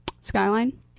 Skyline